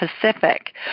Pacific